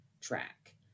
track